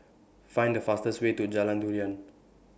Find The fastest Way to Jalan Durian